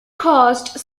caused